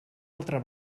altra